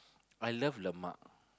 I love lemak